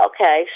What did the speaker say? okay